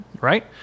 right